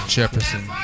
Jefferson